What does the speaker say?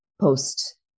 post